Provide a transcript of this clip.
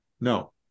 No